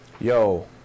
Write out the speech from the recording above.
yo